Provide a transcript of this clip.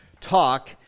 talk